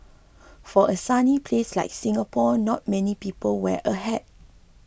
for a sunny place like Singapore not many people wear a hat